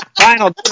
Final